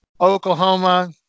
Oklahoma